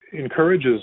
encourages